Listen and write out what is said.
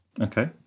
okay